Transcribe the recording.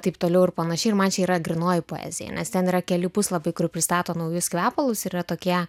taip toliau ir panašiai ir man čia yra grynoji poezija nes ten yra keli puslapiai kur pristato naujus kvepalus yra tokie